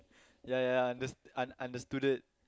yeah yeah yeah yeah underst~ understooded